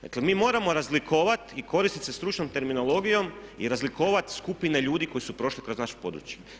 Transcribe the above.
Dakle mi moramo razlikovati i koristiti se stručnom terminologijom i razlikovati skupine ljudi koji su prošli kroz naše područje.